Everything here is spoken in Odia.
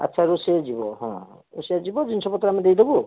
ଆଚ୍ଛା ରୋଷେୟା ଯିବ ହଁ ହଉ ରୋଷେୟା ଯିବ ଜିନିଷପତ୍ର ଆମେ ଦେଇଦେବୁ ଆଉ